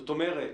זאת אומרת,